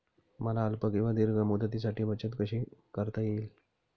मला अल्प किंवा दीर्घ मुदतीसाठी बचत कशी करता येईल?